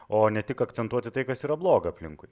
o ne tik akcentuoti tai kas yra bloga aplinkui